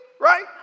Right